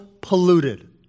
polluted